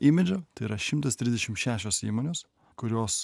imidžo tai yra šimtas trisdešim šešios įmonės kurios